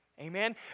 Amen